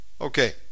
Okay